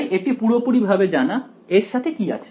তাই এটি পুরোপুরি ভাবে জানা এর সাথে কি আছে